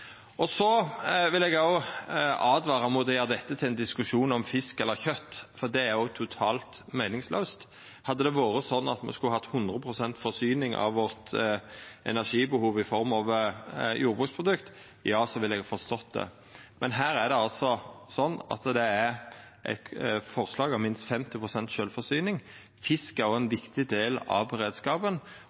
sjølv. Så vil eg åtvara mot å gjera dette til ein diskusjon om fisk eller kjøt, for det er totalt meiningslaust. Hadde det vore slik at me skulle hatt 100 pst. forsyning av energibehovet vårt i form av jordbruksprodukt, ja, så ville eg forstått det, men her er det altså eit forslag om minst 50 pst. sjølvforsyning. Fisk er òg ein viktig del av beredskapen,